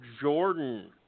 Jordan